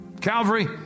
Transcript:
Calvary